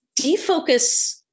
defocus